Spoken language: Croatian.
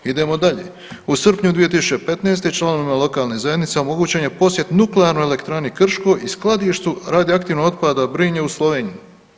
Idemo dalje, u srpnju 2015. članovima lokalne zajednice omogućen je posjet Nuklearnoj elektrani Krško i skladištu radioaktivnog otpada Brinje u Sloveniji.